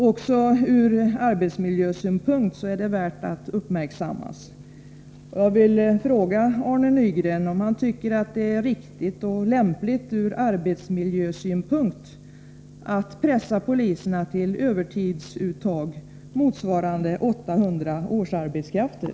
Också ur arbetsmiljösynpunkt är övertiden värd att uppmärksammas. Jag vill fråga Arne Nygren om han tycker att det är riktigt och lämpligt ur arbetsmiljösynpunkt att pressa poliserna till övertidsuttag motsvarande 800 årsarbetskrafter.